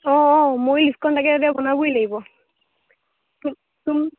অঁ অঁ মই লিষ্টখন তাকে আজি বনাবয়ে লাগিব